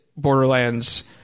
Borderlands